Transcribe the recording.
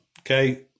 okay